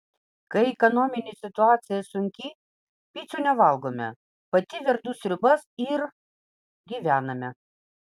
kai ekonominė situacija sunki picų nevalgome pati verdu sriubas ir gyvename